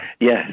Yes